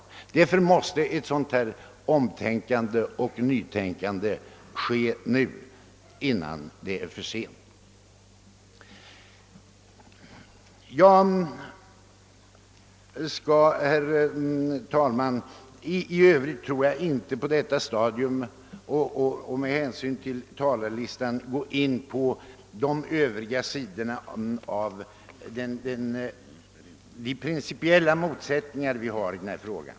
Därför måste ett nytänkande till nu innan det är för sent. Jag skall, herr talman, med hänsyn till talarlistan inte på detta stadium gå in på de övriga sidorna av de principiella motsättningar som förekommer i denna fråga.